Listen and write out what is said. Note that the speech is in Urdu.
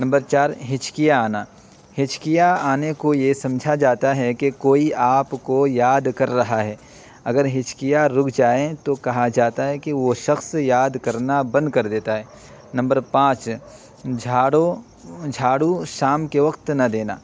نمبر چار ہچکی آنا ہچکیاں آنے کو یہ سمجھا جاتا ہے کہ کوئی آپ کو یاد کر رہا ہے اگر ہچکیاں رک جائیں تو کہا جاتا ہے کہ وہ شخص یاد کرنا بند کر دیتا ہے نمبر پانچ جھاڑو جھاڑو شام کے وقت نہ دینا